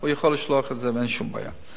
הוא יכול לשלוח את זה ואין שום בעיה.